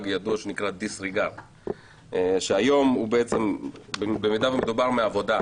ידוע שנקרא "דיס ריגארד" שהיום הוא במידה ומדובר מעבודה,